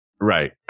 Right